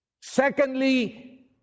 Secondly